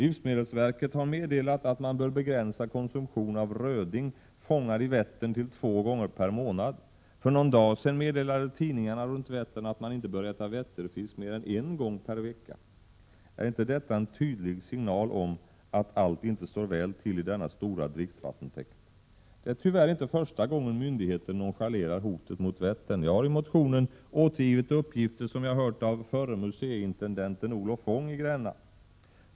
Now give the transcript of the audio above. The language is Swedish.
Livsmedelsverket har meddelat att man bör begränsa konsumtionen av röding fångad i Vättern till två gånger per månad. För någon dag sedan meddelade tidningarna runt Vättern att man inte bör äta Vätterfisk mer än en gång per vecka. Är inte detta en tydlig signal om att allt inte står väl till i denna stora dricksvattentäkt? Det är tyvärr inte första gången myndigheter nonchalerar hotet mot Vättern. Jag har i motionen återgivit uppgifter som jag hört av förre museiintendenten Olof Fong i Gränna.